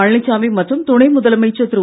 பழனிச்சாமி மற்றும் துணை முதலமைச்சர் திரு